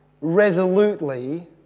resolutely